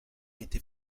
était